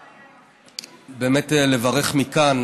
באמת לברך מכאן